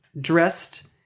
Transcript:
dressed